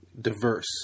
diverse